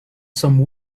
some